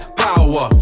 power